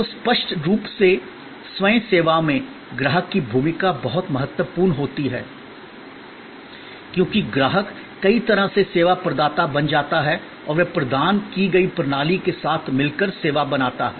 तो स्पष्ट रूप से स्वयं सेवा में ग्राहक की भूमिका बहुत महत्वपूर्ण होती है क्योंकि ग्राहक कई तरह से सेवा प्रदाता बन जाता है और वह प्रदान की गई प्रणाली के साथ मिलकर सेवा बनाता है